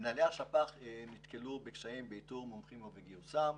מנהלי השפ"ח נתקלו בקשיים באיתור מומחים ובגיוסם,